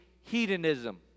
hedonism